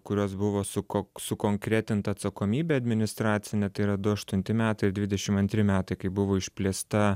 kurios buvo su kok sukonkretinta atsakomybė administracinė tai yra du aštunti metai dvidešim antri metai kai buvo išplėsta